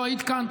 לא היית כאן,